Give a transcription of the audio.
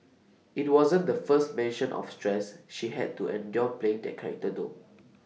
IT wasn't the first mention of stress she had to endure playing that character though